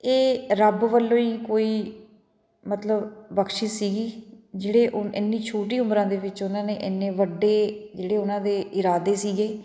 ਇਹ ਰੱਬ ਵੱਲੋਂ ਹੀ ਕੋਈ ਮਤਲਬ ਬਖਸ਼ਿਸ਼ ਸੀਗੀ ਜਿਹੜੇ ਉਹ ਇੰਨੀ ਛੋਟੀ ਉਮਰਾਂ ਦੇ ਵਿੱਚ ਉਹਨਾਂ ਨੇ ਇੰਨੇ ਵੱਡੇ ਜਿਹੜੇ ਉਹਨਾਂ ਦੇ ਇਰਾਦੇ ਸੀਗੇ